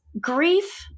Grief